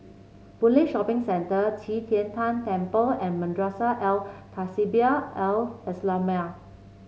Boon Lay Shopping Centre Qi Tian Tan Temple and Madrasah Al Tahzibiah Al Islamiah